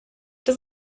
das